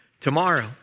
tomorrow